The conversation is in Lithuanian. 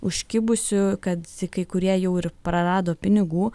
užkibusių kad kai kurie jau ir prarado pinigų